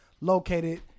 located